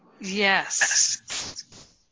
Yes